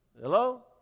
Hello